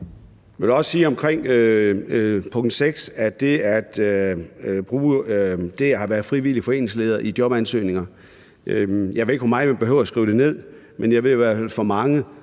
Jeg vil også sige omkring punkt 6, med hensyn til at bruge det at have været frivillig foreningsleder i jobansøgninger, at jeg ikke ved, hvor meget man behøver at skrive det ned, men jeg ved i hvert fald, at